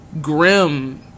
grim